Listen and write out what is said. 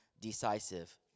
decisive